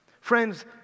Friends